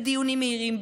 בדיונים מהירים,